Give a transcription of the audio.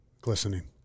Glistening